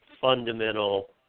fundamental